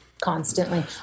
constantly